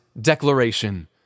declaration